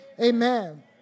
amen